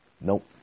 Nope